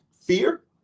fear